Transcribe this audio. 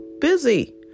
busy